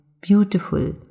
beautiful